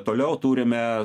toliau turime